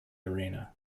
arena